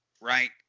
right